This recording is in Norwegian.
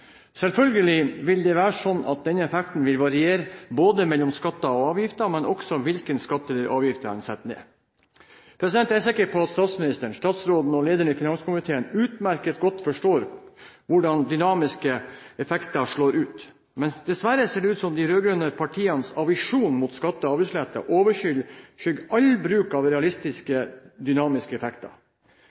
Selvfølgelig vil det være slik at denne effekten vil variere, ikke bare mellom skatter og avgifter, men også mellom hvilke skatter eller avgifter en setter ned. Jeg er sikker på at statsministeren, statsråden og lederen i finanskomiteen utmerket godt forstår hvordan dynamiske effekter slår ut, men dessverre ser det ut som om de rød-grønne partienes aversjon mot skatte- og avgiftslette overskygger all bruk av en realistisk dynamisk effekt, for i den grad det brukes dynamiske effekter